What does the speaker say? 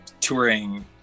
touring